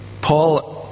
Paul